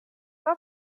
auf